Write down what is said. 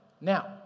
Now